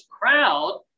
crowd